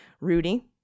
Rudy